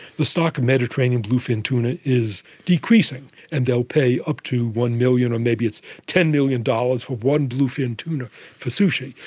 the stock of mediterranean bluefin tuna is decreasing and they will pay up to one million dollars or maybe it's ten million dollars for one bluefin tuna for sushi.